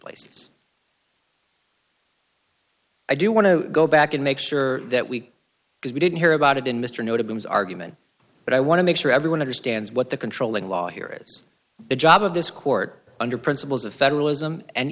places i do want to go back and make sure that we because we didn't hear about it in mr notably his argument but i want to make sure everyone understands what the controlling law here is the job of this court under principles of federalism and